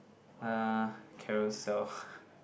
uh Carousell